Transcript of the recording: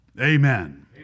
Amen